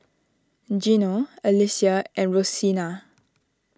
Gino Alesia and Rosena